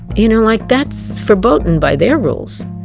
you know like, that's forboden by their rules,